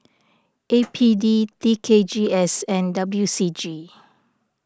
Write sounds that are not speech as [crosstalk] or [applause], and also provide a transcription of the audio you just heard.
A [noise] P D T K G S and W C G